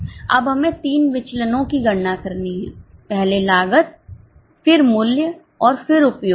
अब हमें 3 विचलनो की गणना करनी है पहलेलागत फिर मूल्य और फिर उपयोग